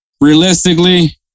realistically